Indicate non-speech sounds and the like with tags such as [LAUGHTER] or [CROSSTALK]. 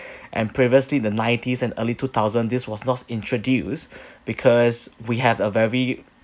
[BREATH] and previously the nineties and early two thousand this was not introduced [BREATH] because we have a very